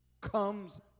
comes